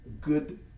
good